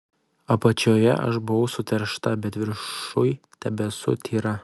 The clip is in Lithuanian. apačioje aš buvau suteršta bet viršuj tebesu tyra